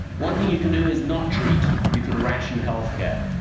one thing you can do is not treat. you can ration health care.